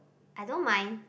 I don't mind